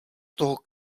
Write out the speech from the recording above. toho